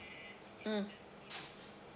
mm